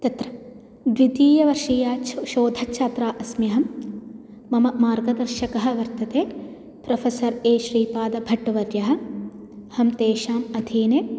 तत्र द्वितीयवर्षीया शोधच्छात्रा अस्म्यहं मम मार्गदर्शकः वर्तते प्रोफेसर् ए श्रीपादभट्टवर्यः अहं तेषाम् अधीने